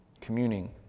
communing